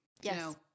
Yes